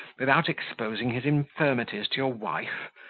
without exposing his infirmities to your wife?